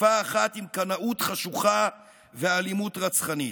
בכפיפה אחת עם קנאות חשוכה ואלימות רצחנית.